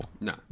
No